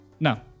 No